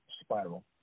spiral